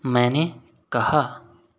मैंने कहा